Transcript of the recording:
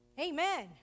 Amen